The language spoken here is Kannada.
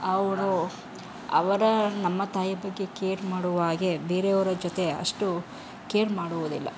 ಅವರು ಅವರ ನಮ್ಮ ತಾಯಿಯ ಬಗ್ಗೆ ಕೇರ್ ಮಾಡುವ ಹಾಗೆ ಬೇರೆಯವರ ಜೊತೆ ಅಷ್ಟು ಕೇರ್ ಮಾಡುವುದಿಲ್ಲ